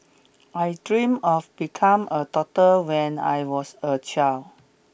I dream of become a doctor when I was a child